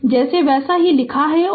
जैसा है वैसा ही लिखा है